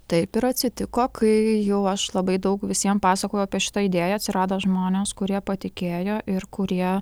taip ir atsitiko kai jau aš labai daug visiem pasakojau apie šitą idėją atsirado žmonės kurie patikėjo ir kurie